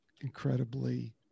incredibly